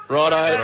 Righto